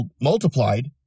multiplied